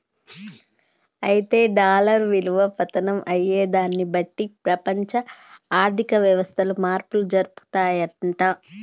అయితే డాలర్ విలువ పతనం అయ్యేదాన్ని బట్టి ప్రపంచ ఆర్థిక వ్యవస్థలు మార్పులు జరుపుతాయంట